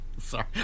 sorry